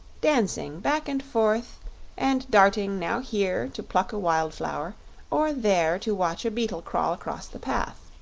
dancing back and forth and darting now here to pluck a wild-flower or there to watch a beetle crawl across the path.